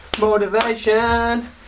Motivation